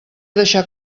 deixar